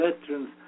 veterans